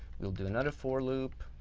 we'll do another for loop